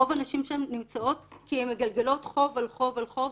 רוב הנשים שם נמצאות כי הן מגלגלות חוב על חוב על חוב,